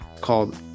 called